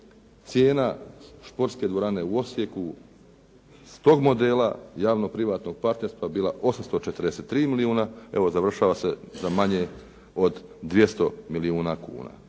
cijena športske dvorane u Osijeku s tog modela javno-privatnog partnerstva bila 843 milijuna. Evo završava se za manje od 200 milijuna kuna.